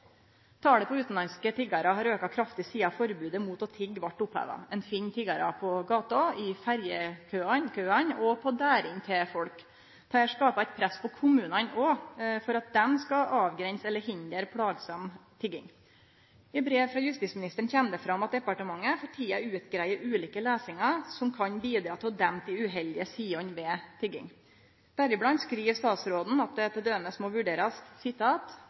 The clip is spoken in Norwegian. Talet på utanlandske tiggarar har auka kraftig sidan forbodet mot å tigge vart oppheva. Ein finn tiggarar på gata, i ferjekøane og på dørene til folk. Dette skapar eit press på kommunane òg for at dei skal avgrense eller hindre plagsam tigging. I brev frå justisministeren kjem det fram at departementet for tida utgreier ulike løysingar som kan bidra til å dempe dei uheldige sidene ved tigging. Deriblant skriv statsråden at det t.d. må